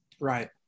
Right